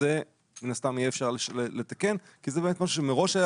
זה מן הסתם יהיה אפשר לתקן כי זה באמת משהו שמראש היה